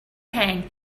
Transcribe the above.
hang